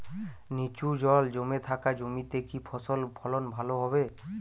নিচু জল জমে থাকা জমিতে কি ফসল ফলন ভালো হবে?